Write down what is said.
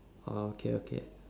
oh okay okay